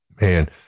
Man